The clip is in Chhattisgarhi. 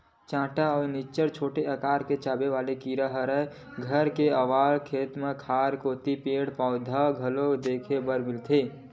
चाटा ए निच्चट छोटे अकार के चाबे वाले कीरा हरय घर के अलावा खेत खार कोती पेड़, पउधा म घलोक देखे बर मिलथे